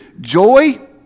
joy